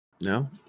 No